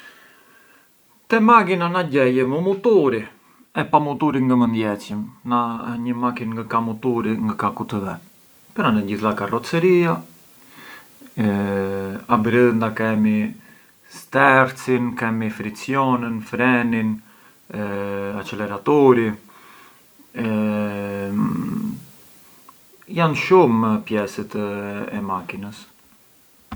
Te makina na gjejëm u muturi, e pa muturi ngë mënd jecjëm, na një makin ngë ka u muturi ngë ka ku të ve, pran ë gjith la carrozzeria abrënda kemi stercin, kemi frizionën, frenin, l’acceleraturi, jan shumë pjesët e makinës.